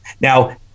Now